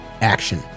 action